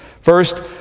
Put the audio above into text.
First